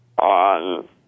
on